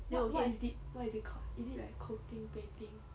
what what is it what is it called is it like coding painting